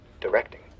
directing